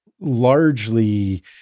largely